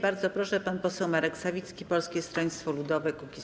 Bardzo proszę, pan poseł Marek Sawicki, Polskie Stronnictwo Ludowe - Kukiz15.